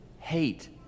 hate